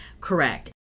Correct